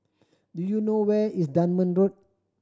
do you know where is Dunman Road